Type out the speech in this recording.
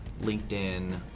LinkedIn